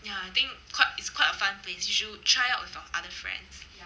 ya I think quite it's quite a fun place you should try out with your other friends